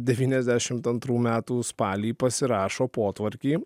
devyniasdešimt antrų metų spalį pasirašo potvarkį